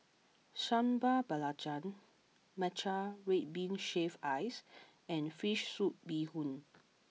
Sambal Belacan Matcha Red Bean Shaved Ice and Fish Soup Bee Hoon